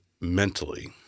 mentally